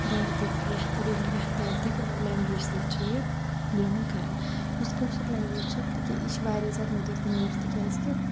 Dardic یَتھ یتھ Dardic language سۭتۍ چھِ یہِ بِلانگ کَران یُس کٲشِر لیٚنگویج چھِ یہِ چھِ واریاہ زیادٕ موٚدٕر تہٕ میٖٹھ تِکیازِ